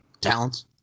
talents